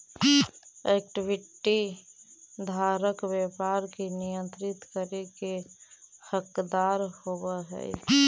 equity धारक व्यापार के नियंत्रित करे के हकदार होवऽ हइ